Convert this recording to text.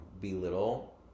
belittle